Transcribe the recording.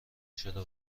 چرا